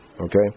okay